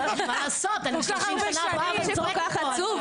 מה לעשות, אני שלושים שנה באה וצועקת את זה.